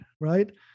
right